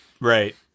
Right